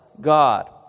God